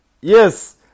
Yes